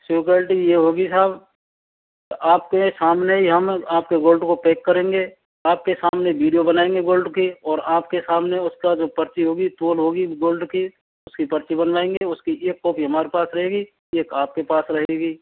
security ये होगी साहब आपके सामने ही हम आपके गोल्ड को पेक करेंगे आपके सामने वीडियो बनायेंगे गोल्ड की ओर आपके सामने उसका जो पर्ची होगी तौल होगी गोल्ड की उसकी पर्ची बनवाएंगे उसकी एक कॉपी हमारे पास रहेगी एक आपके पास रहेगी